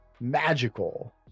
magical